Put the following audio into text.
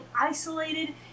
isolated